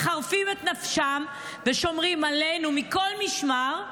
מחרפים את נפשם ושומרים עלינו מכל משמר,